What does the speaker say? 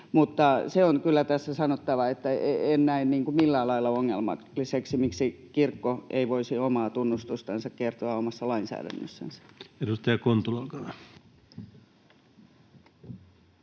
Mutta se on tässä kyllä sanottava, että en näe tätä millään lailla ongelmalliseksi. Miksi kirkko ei voisi omaa tunnustustansa kertoa omassa lainsäädännössänsä? [Speech